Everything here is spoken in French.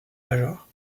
major